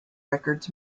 records